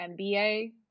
MBA